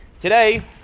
Today